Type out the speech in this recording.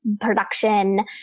production